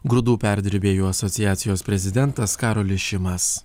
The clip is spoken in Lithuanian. grūdų perdirbėjų asociacijos prezidentas karolis šimas